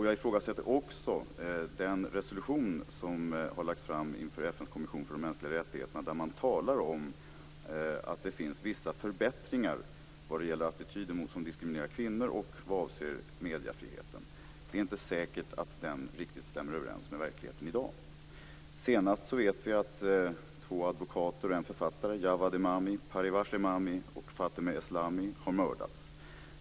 Jag ifrågasätter också den resolution som har lagts fram inför FN:s kommission för de mänskliga rättigheterna, där man talar om att det finns vissa förbättringar när det gäller attityder som diskriminerar kvinnor och när det gäller mediefriheten. Det är inte säkert att den riktigt stämmer överens med verkligheten i dag. Vi vet att två advokater och en författare, nämligen Javad Emami, Parivash Emami och Fatemeh Eslami har mördats.